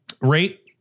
rate